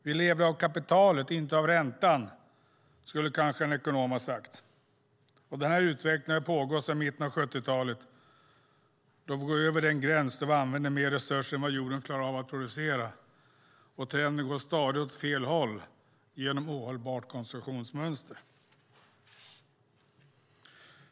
Vi lever av kapitalet och inte av räntan, skulle kanske en ekonom ha sagt. Denna utveckling har pågått sedan mitten av 70-talet, alltså då vi har gått över den gräns då vi använder mer resurser än vad jorden klarar av att producera, och trenden går stadigt åt fel håll genom ett ohållbart konsumtionsmönster.